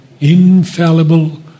infallible